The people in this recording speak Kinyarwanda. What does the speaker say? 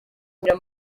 babiri